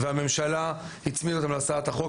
והממשלה הצמידה אותם להצעת החוק,